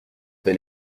vais